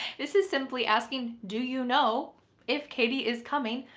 this is simply asking, do you know if katie is coming,